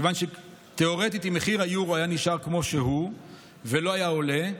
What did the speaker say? מכיוון שתיאורטית אם מחיר היורו היה נשאר כמו שהוא ולא היה עולה,